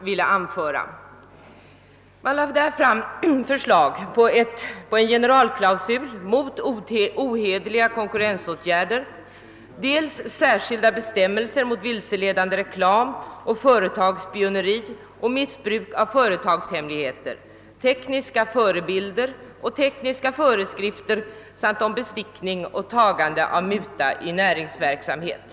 Utredningen lade fram förslag om en generalklausul mot ohederliga konkurrensåtgärder och särskilda bestämmelser mot vilseledande reklam, företagsspioneri, missbruk av företagshemligheter, tekniska förebilder och tekniska föreskrifter samt om bestickning och tagande av muta i näringsverksamhet.